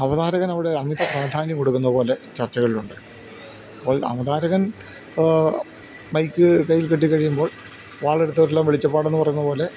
അവതാരകൻ അവിടെ അമിത പ്രാധാന്യം കൊടുക്കുന്ന പോലെ ചർച്ചകളിലുണ്ട് അപ്പോൾ അവതാരകൻ മൈക്ക് കയ്യിൽ കിട്ടി കഴിയുമ്പോൾ വാളെടുത്തവരെല്ലാം വെളിച്ചപ്പാടെന്ന് പറയുന്ന പോലെ